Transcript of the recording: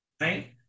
right